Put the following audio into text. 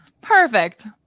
Perfect